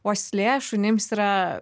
uoslė šunims yra